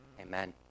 Amen